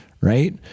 right